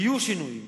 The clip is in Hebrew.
ויהיו שינויים,